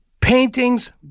paintings